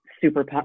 super